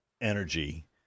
energy